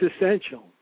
essential